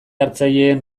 hartzaileen